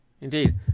Indeed